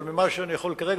אבל ממה שאני יכול לומר כרגע,